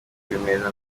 meza